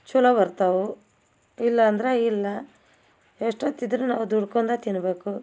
ಚಲೋ ಬರ್ತವೆ ಇಲ್ಲ ಅಂದರೆ ಇಲ್ಲ ಎಷ್ಟೊತ್ತು ಇದ್ದರೂ ನಾವು ದುಡ್ಕೊಂಡ ತಿನ್ನಬೇಕು